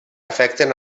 afecten